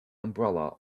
umbrella